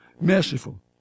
merciful